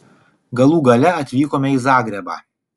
galų gale atvykome į zagrebą